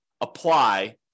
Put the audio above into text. apply